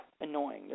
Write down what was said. annoying